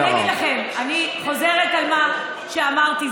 אני חוזרת על מה שאמרתי,